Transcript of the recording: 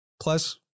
plus